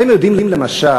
אתם יודעים, למשל,